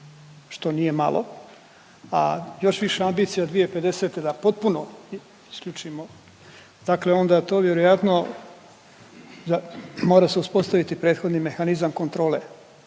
što nije malo, a još više ambicija 2050. da potpuno isključimo dakle onda to vjerojatno da mora se uspostaviti prethodni mehanizam kontrole